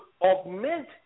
augment